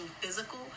physical